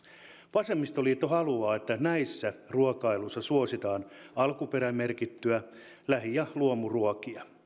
vasemmistoliitto haluaa että näissä ruokailuissa suositaan alkuperämerkittyjä lähi ja luomuruokia